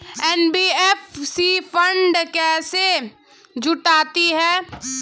NBFC fund कैसे जुटाती है?